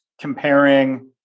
comparing